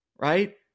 Right